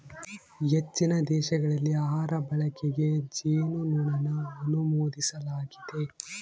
ಹೆಚ್ಚಿನ ದೇಶಗಳಲ್ಲಿ ಆಹಾರ ಬಳಕೆಗೆ ಜೇನುಮೇಣನ ಅನುಮೋದಿಸಲಾಗಿದೆ